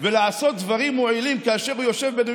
ולעשות דברים מועילים כאשר הוא יושב בדין,